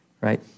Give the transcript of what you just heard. right